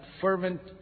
fervent